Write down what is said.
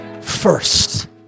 First